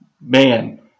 man